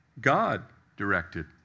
God-directed